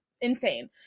insane